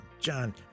John